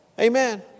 Amen